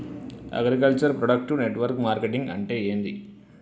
Agriculture product network marketing అంటే ఏంది?